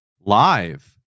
Live